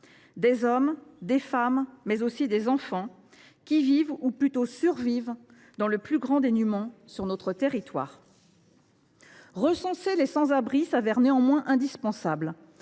des hommes et des femmes, mais aussi des enfants qui vivent ou plutôt survivent dans le plus grand dénuement sur notre territoire. Recenser les sans abri se révèle néanmoins indispensable